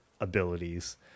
abilities